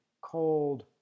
cold